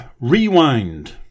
Rewind